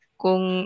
kung